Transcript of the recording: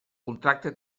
contracte